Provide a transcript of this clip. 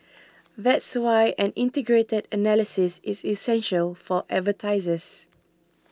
that's why an integrated analysis is essential for advertisers